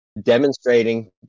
demonstrating